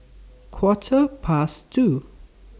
Quarter Past two